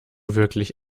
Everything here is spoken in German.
wirklich